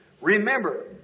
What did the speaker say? Remember